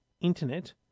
internet